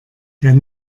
der